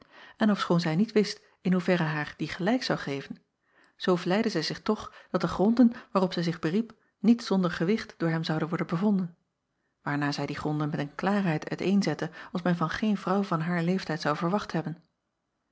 en ofschoon zij niet wist in hoeverre haar die gelijk zou geven zoo vleide zij zich toch dat de gronden waarop zij zich beriep niet zonder gewicht door hem zouden worden bevonden waarna zij acob van ennep laasje evenster delen die gronden met een klaarheid uit een zette als men van geen vrouw van haar leeftijd zou verwacht hebben